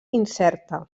incerta